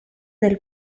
del